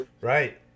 right